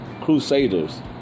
Crusaders